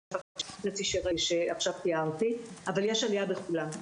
זו שעכשיו תיארתי אבל יש עלייה בכולם.